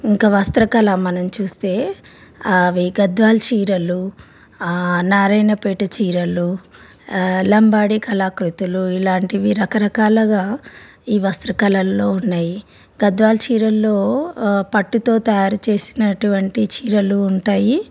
ఇంకా వస్త్రకళ మనం చూస్తే అవి గద్వాల్ చీరలు నారాయణపేట చీరలు లంబాడి కళాకృతులు ఇలాంటివి రకరకాలుగా ఈ వస్త్ర కళల్లో ఉన్నాయి గద్వాల్ చీరల్లో పట్టుతో తయారు చేసినటువంటి చీరలు ఉంటాయి